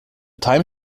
time